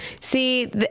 See